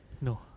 No